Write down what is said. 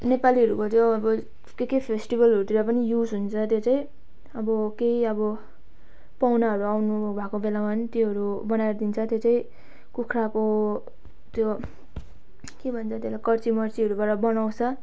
नेपालीहरूको त्यो अब के के फेस्टिभलहरूतिर पनि युज हुन्छ त्यो चाहिँ अब केही अब पाहुनाहरू आउनुभएको बेलामा पनि त्योहरू बनाएर दिइन्छ त्यो चाहिँ कुखुराको त्यो के भन्छ त्यसलाई कर्चीमर्चीहरूबाट बनाउँछ